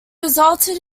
resulted